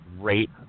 great